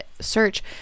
search